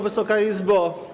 Wysoka Izbo!